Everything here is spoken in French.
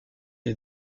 les